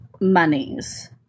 monies